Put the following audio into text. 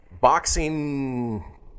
boxing